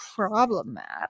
problematic